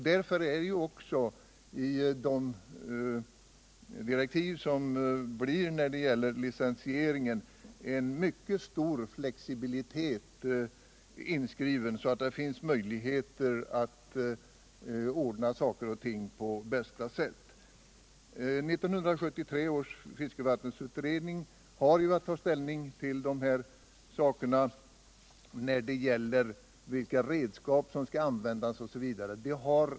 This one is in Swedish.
Därför är också i de direktiv som kommer när det gäller licensierinzen en mycket större flexibilitet inskriven, så det finns möjligheter att ordna saker och ting på bästa sätt. 1973 års fiskevattensutredning har att ta ställning till frågan om vilka redskap som skall användas osv.